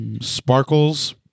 sparkles